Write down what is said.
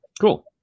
cool